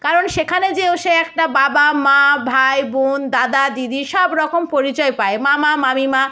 কারণ সেখানে যেয়েও সে একটা বাবা মা ভাই বোন দাদা দিদি সব রকম পরিচয় পায় মামা মামীমা